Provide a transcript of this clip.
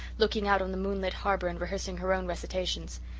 looking out on the moonlit harbour and rehearsing her own recitations.